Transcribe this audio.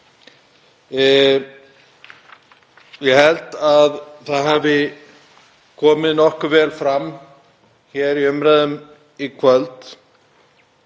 Ég held að það hafi komið nokkuð vel fram í umræðum í kvöld